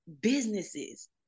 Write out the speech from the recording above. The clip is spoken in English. businesses